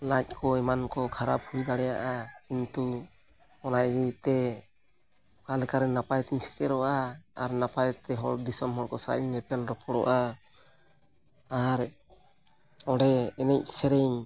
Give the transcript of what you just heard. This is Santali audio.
ᱞᱟᱡ ᱠᱚ ᱮᱢᱟᱱ ᱠᱚ ᱠᱷᱟᱨᱟᱯ ᱦᱩᱭ ᱫᱟᱲᱮᱭᱟᱜᱼᱟ ᱠᱤᱱᱛᱩ ᱚᱱᱟ ᱤᱭᱟᱹᱛᱮ ᱚᱠᱟ ᱞᱮᱠᱟ ᱨᱮ ᱱᱟᱯᱟᱭᱛᱮᱧ ᱥᱮᱴᱮᱨᱚᱜᱼᱟ ᱟᱨ ᱱᱟᱯᱟᱛᱮ ᱦᱚᱲ ᱫᱤᱥᱚᱢ ᱦᱚᱲ ᱠᱚ ᱥᱟᱶ ᱤᱧ ᱧᱮᱯᱮᱞ ᱨᱚᱯᱚᱲᱚᱜᱼᱟ ᱟᱨ ᱚᱸᱰᱮ ᱮᱱᱮᱡ ᱥᱮᱨᱮᱧ